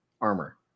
armor